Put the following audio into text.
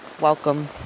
Welcome